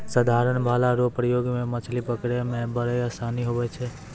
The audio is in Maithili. साधारण भाला रो प्रयोग से मछली पकड़ै मे आसानी हुवै छै